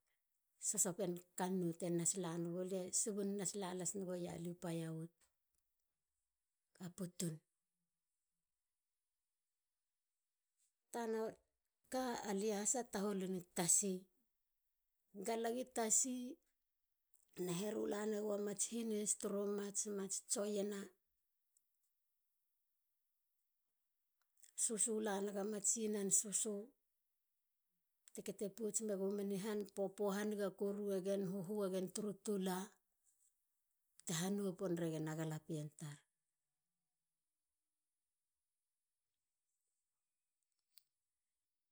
Sosopen kannoh te nas nagu lia. subun nas has gualia paia wut. na putun. Tana ka alia has a tahol lini tasi. gala gi tasi na heru la nagua mats hines turu mats. tsoyena. susu lanaga mats iennan susu. kete pots guma. popo hanigan koru egen. huhu egen turu tula ha noh pon ragen a galapien tar.